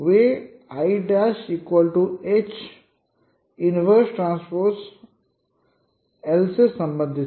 वे l'H T l से संबंधित हैं